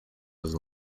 was